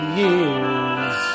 years